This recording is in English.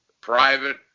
private